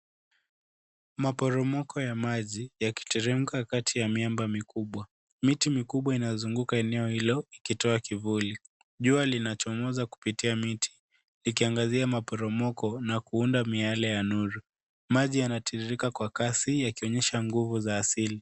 Maporomoko ya maji yakiteremka kati ya miamba mikubwa. Miti mikubwa inazunguka eneo hilo ikitoa kivuli. Jua linachomoza kupitia miti, ikiangazia maporomoko na kuunda miale ya nuru. Maji yanatiririka kwa kasi yakionyesha nguvu za asili.